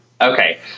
Okay